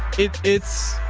it it's,